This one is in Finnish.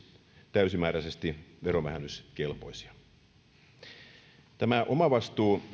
täysimääräisesti verovähennyskelpoisia tämä omavastuu